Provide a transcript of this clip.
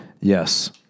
Yes